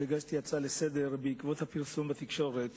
והגשתי הצעה לסדר-היום בעקבות הפרסום בתקשורת